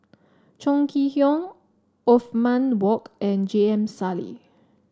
Chong Kee Hiong Othman Wok and J M Sali